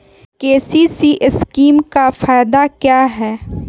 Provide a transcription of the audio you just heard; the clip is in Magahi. के.सी.सी स्कीम का फायदा क्या है?